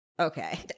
Okay